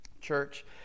church